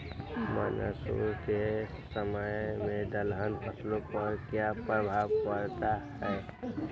Monsoon के समय में दलहन फसलो पर क्या प्रभाव पड़ता हैँ?